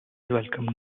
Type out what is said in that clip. welcomed